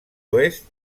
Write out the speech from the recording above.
oest